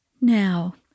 Now